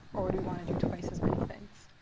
or do we want to do twice as many things?